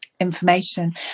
information